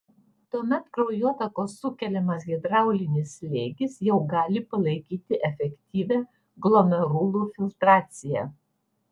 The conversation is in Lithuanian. tuomet kraujotakos sukeliamas hidraulinis slėgis jau gali palaikyti efektyvią glomerulų filtraciją